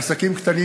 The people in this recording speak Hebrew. עסקים קטנים